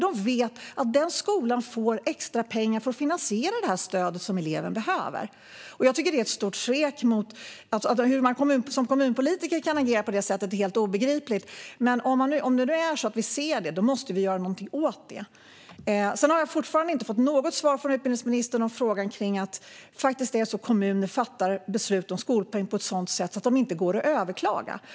De vet att den skolan får extra pengar för att finansiera det stöd som eleven behöver. Jag tycker att detta är ett stort svek. Hur man som kommunpolitiker kan agera på det sättet är helt obegripligt. Men om vi nu ser detta måste vi göra någonting åt det. Sedan har jag fortfarande inte fått något svar från utbildningsministern på frågan om att kommuner fattar beslut om skolpeng på ett sådant sätt att det inte går att överklaga.